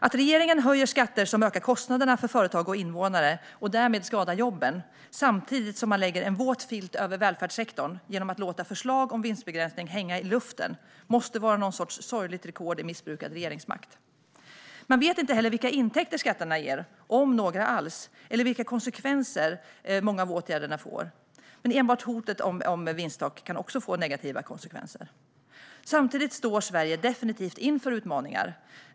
Att regeringen höjer skatter som ökar kostnaderna för företag och invånare, och därmed skadar jobben, samtidigt som man lägger en våt filt över välfärdssektorn genom att låta förslag om vinstbegränsning hänga i luften måste vara någon sorts sorgligt rekord i missbrukad regeringsmakt. Man vet inte vilka intäkter skatterna ger, om några alls, eller vilka konsekvenser många av åtgärderna får. Enbart hotet om vinsttak kan också få negativa konsekvenser. Samtidigt står Sverige definitivt inför utmaningar.